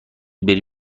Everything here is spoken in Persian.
بری